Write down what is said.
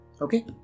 Okay